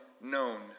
known